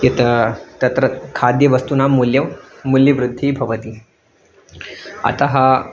यत् तत्र खाद्यवस्तूनां मूल्यं मूल्यवृद्धिः भवति अतः